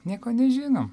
nieko nežinom